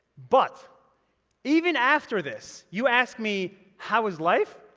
but even after this, you asked me, how is life?